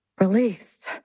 Released